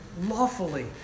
lawfully